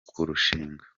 kurushinga